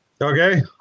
Okay